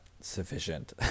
sufficient